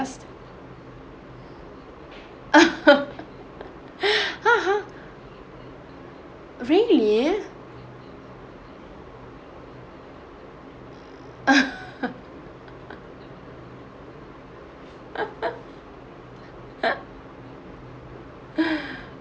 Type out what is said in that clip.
really